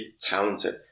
talented